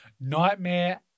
Nightmare